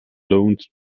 loaned